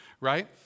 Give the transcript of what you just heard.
right